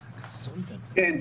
כן.